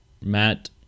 Matt